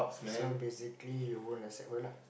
so basically you won't accept her lah